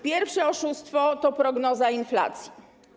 Pierwsze oszustwo to prognoza inflacji.